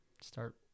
start